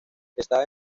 estaba